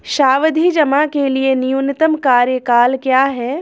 सावधि जमा के लिए न्यूनतम कार्यकाल क्या है?